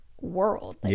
world